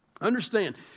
Understand